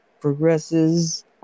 progresses